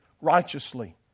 righteously